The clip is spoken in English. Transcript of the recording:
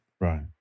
Right